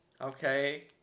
Okay